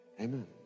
Amen